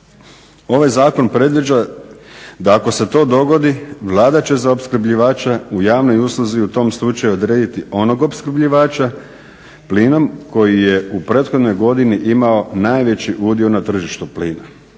Ovaj zakon predviđa da ako se to dogodi Vlada će za opskrbljivača u javnoj usluzi u tom slučaju odrediti onog opskrbljivača plinom koji je u prethodnoj godini imaju najveći udio na tržištu plina.